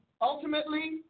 ultimately